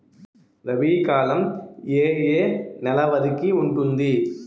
రబీ కాలం ఏ ఏ నెల వరికి ఉంటుంది?